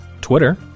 Twitter